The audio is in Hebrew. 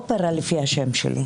לשר המשפטים יש תוכנית,